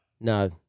No